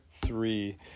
three